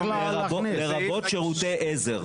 לרבות שירותי עזר.